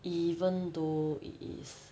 even though it is